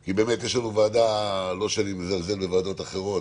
כי באמת יש לנו ועדה לא שאני מזלזל בוועדות אחרות